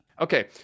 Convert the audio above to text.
Okay